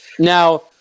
Now